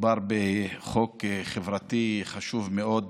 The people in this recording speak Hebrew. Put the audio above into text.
מדובר בחוק חברתי חשוב מאוד,